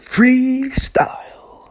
Freestyle